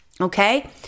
Okay